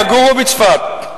יגורו בצפת.